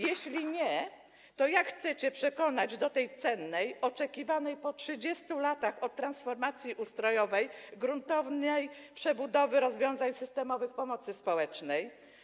Jeśli nie, to jak chcecie przekonać do tej cennej, oczekiwanej po 30 latach od transformacji ustrojowej, gruntownej przebudowy rozwiązań systemowych pomocy społecznej?